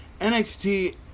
NXT